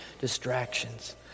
distractions